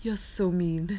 you are so mean